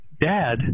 Dad